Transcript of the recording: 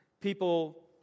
people